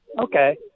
Okay